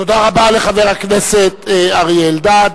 תודה רבה לחבר הכנסת אריה אלדד.